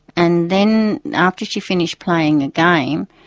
and then after she finished playing a game,